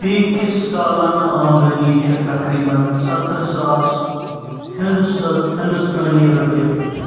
فی کِس سالانہٕ آمدٔنی چھےٚ تقریباً ستٕرٕہ ساس ہنٛدوستٲ ہِنٛدُستٲنی رۄپیہِ